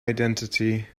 identity